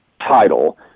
title